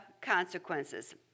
consequences